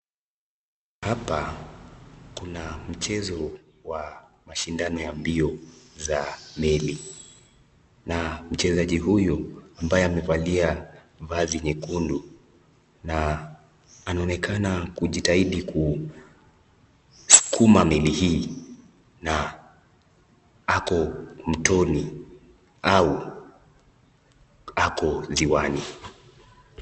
Hapa kuna mchezo wa mashindano ya mbio za meli. Na mchezaji huyu ambaye amevalia vazi nyekundu anaonekana kujitahidi kusukuma meli hii na ako mtoni au ako ziwani.